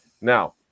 Now